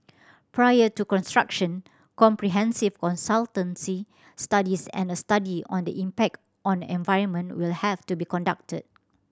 prior to construction comprehensive consultancy studies and a study on the impact on environment will have to be conducted